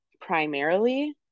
primarily